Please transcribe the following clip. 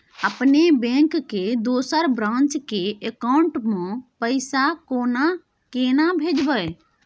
अपने बैंक के दोसर ब्रांच के अकाउंट म पैसा केना भेजबै?